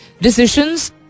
decisions